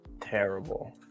terrible